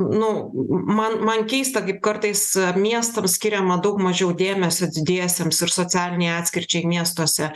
nu man man keista kaip kartais miestams skiriama daug mažiau dėmesio didiesiems ir socialinei atskirčiai miestuose